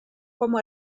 como